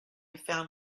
found